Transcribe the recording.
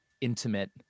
intimate